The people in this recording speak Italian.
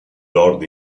lord